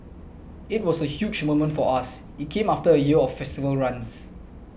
it was a huge moment for us it came after a year of festival runs